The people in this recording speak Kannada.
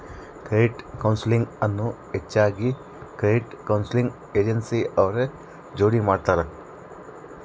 ಕ್ರೆಡಿಟ್ ಕೌನ್ಸೆಲಿಂಗ್ ಅನ್ನು ಹೆಚ್ಚಾಗಿ ಕ್ರೆಡಿಟ್ ಕೌನ್ಸೆಲಿಂಗ್ ಏಜೆನ್ಸಿ ಅವ್ರ ಜೋಡಿ ಮಾಡ್ತರ